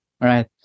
right